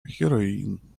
heroine